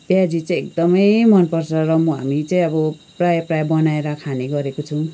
प्याजी चाहिँ एकदमै मनपर्छ र म हामी चाहिँ अब प्रायः प्रायः बनाएर खाने गरेको छौँ